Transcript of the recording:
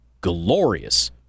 glorious